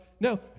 No